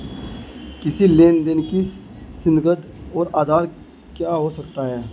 किसी लेन देन का संदिग्ध का आधार क्या हो सकता है?